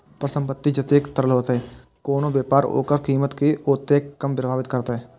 परिसंपत्ति जतेक तरल हेतै, कोनो व्यापार ओकर कीमत कें ओतेक कम प्रभावित करतै